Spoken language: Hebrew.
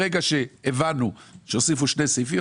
ברגע שהבנו שהוסיפו שני סעיפים,